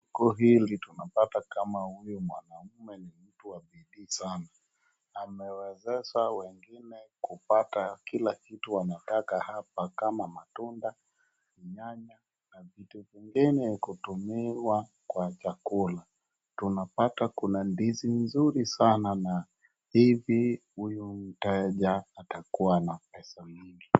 Soko hili tunapata kama huyu mwanaume ni mtu wa bidii sana. Amewezesha wengine kupata kila kitu wanataka hapa kama matunda, nyanya na vitu vingine hutumiwa kwa chakula. Tunapata kuna ndizi nzuri sana na hivi huyu mteja atakuwa na pesa mingi.